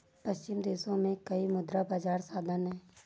पश्चिमी देशों में कई मुद्रा बाजार साधन हैं